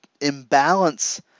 imbalance